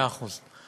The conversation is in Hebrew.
מאה אחוז.